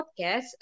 podcast